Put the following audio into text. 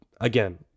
again